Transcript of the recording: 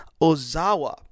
Ozawa